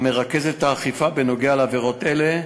המרכזת את האכיפה בהקשר של עבירות אלה.